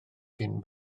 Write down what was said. cyn